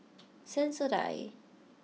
Sensodyne